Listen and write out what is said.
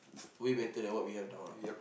way better than that what we have now ah